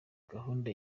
gahunda